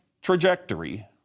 trajectory